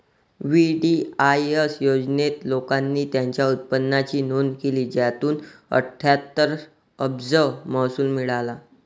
VDIS योजनेत, लोकांनी त्यांच्या उत्पन्नाची नोंद केली, ज्यातून अठ्ठ्याहत्तर अब्ज महसूल मिळाला